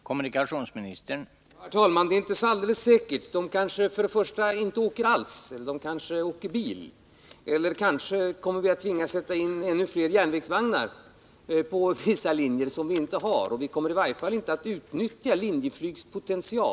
Kommunikationsministern har via massmedia meddelat att regeringen är beredd att lösa in de villor vari de boende störs av bullret från Bromma flygplats.